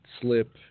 slip